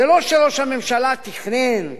זה לא שראש הממשלה תכנן,